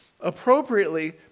Appropriately